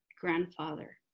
grandfather